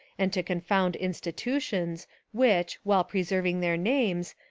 and to con found institutions, which, while preserving their names,